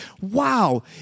wow